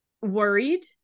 worried